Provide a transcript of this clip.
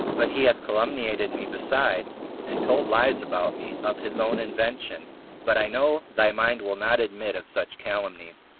but he hath calumniated me besides, and told lies about me of his own invention but i know thy mind will not admit of such calumnies,